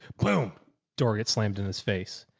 gloom door gets slammed in his face.